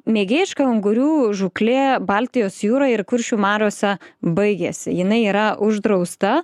mėgėjiška ungurių žūklė baltijos jūroj ir kuršių mariose baigėsi jinai yra uždrausta